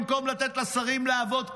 במקום לתת לשרים לעבוד,